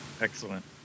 Excellent